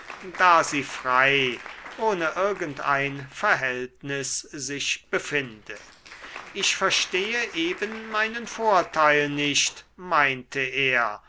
da sie frei ohne irgend ein verhältnis sich befinde ich verstehe eben meinen vorteil nicht meinte er